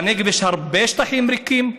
בנגב יש הרבה שטחים ריקים.